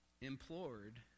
implored